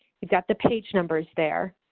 you got the page numbers there.